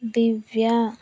దివ్య